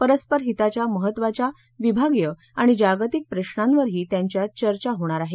परस्पर हिताच्या महत्वाच्या विभागीय आणि जागतिक प्रश्रांवरही त्यांच्यात चर्चा होणार आहे